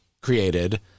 created